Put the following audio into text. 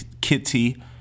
Kitty